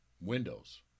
Windows